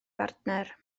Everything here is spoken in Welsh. bartner